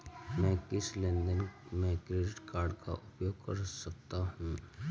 मैं किस लेनदेन में क्रेडिट कार्ड का उपयोग कर सकता हूं?